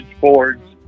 boards